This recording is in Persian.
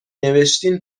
نوشتین